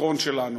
הפטרון שלנו,